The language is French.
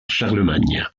charlemagne